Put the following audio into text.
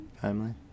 Family